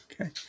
Okay